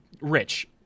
rich